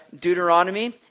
Deuteronomy